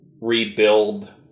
rebuild